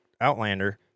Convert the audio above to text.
Outlander